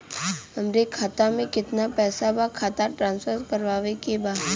हमारे खाता में कितना पैसा बा खाता ट्रांसफर करावे के बा?